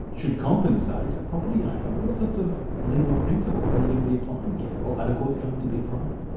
should compensate, a property owner? what sorts of legal principles are you going to be applying here? or are the courts going to be applying?